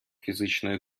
фізичної